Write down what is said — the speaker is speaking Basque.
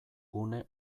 gune